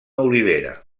olivera